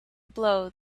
blow